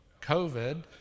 COVID